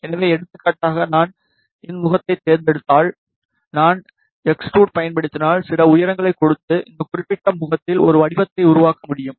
எனவேஎடுத்துக்காட்டாகநான் இந்முகத்தைத் தேர்ந்தெடுத்தால் நான் எக்ஸ்ட்ரூட் பயன்படுத்தினால் சில உயரங்களைக் கொடுத்து இந்த குறிப்பிட்ட முகத்தில் ஒரு வடிவத்தை உருவாக்க முடியும்